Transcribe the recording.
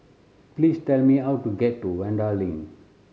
please tell me how to get to Vanda Link